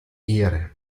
ehre